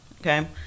Okay